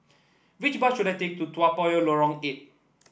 which bus should I take to Toa Payoh Lorong Eight